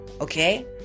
okay